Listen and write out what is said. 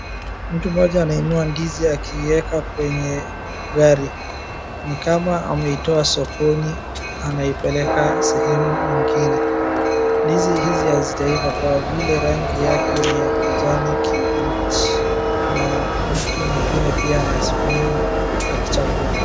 Mtu mmoja anainua ndizi akiiweka kwenye gari, ni kama ameitoa sokoni anaipeleka mahali kwingine, ndizi hizi hazijaiva kwa vile rangi yake ni ya kijani kibichi na mtu mwingine amesimama akichagua.